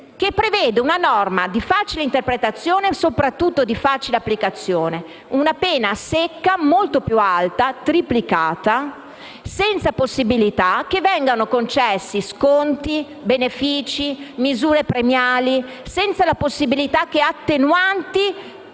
che prevede una norma di facile interpretazione e soprattutto di facile applicazione: una pena secca, molto più alta (triplicata), senza possibilità che vengano concessi sconti, benefici o misure premiali e senza la possibilità che le attenuanti